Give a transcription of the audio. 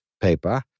paper